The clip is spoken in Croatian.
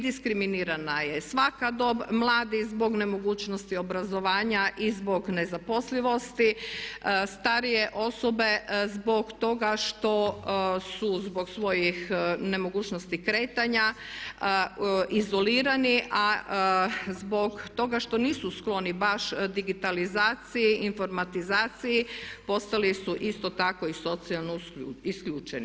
Diskriminirana je svaka dob, mladi zbog nemogućnosti obrazovanja i zbog nezaposlivosti, starije osobe zbog toga što su zbog svojih nemogućnosti kretanja izolirani, a zbog toga što nisu skloni baš digitalizaciji i informatizaciji postali su isto tako i socijalno isključeni.